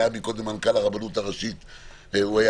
דיבר מקודם מנכ"ל הרבנות הראשית בזום.